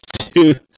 two